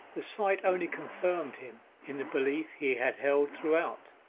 the sight only confirmed him in the belief he had held throughout,